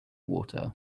water